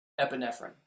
epinephrine